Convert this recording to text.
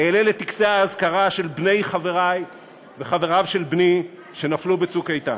אעלה לטקסי האזכרה של בני חברי וחבריו של בני שנפלו בצוק איתן.